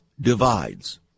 divides